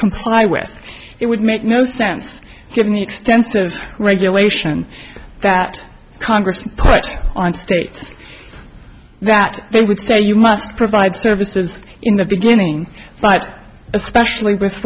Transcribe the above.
comply with it would make no sense given the extensive regulation that congress puts on state that they would say you must provide services in the beginning but especially with